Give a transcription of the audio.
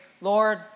Lord